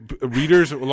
readers